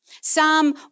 Psalm